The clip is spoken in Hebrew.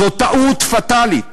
זו טעות פטאלית.